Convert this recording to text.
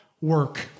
work